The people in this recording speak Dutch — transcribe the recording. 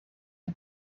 het